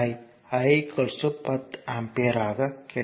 4 I I 10 ampere ஆகும்